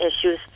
issues